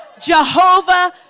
Jehovah